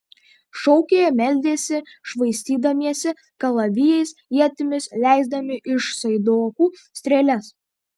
šaukė meldėsi švaistydamiesi kalavijais ietimis leisdami iš saidokų strėles